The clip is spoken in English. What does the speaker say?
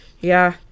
Yeah